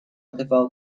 اتفاق